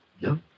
No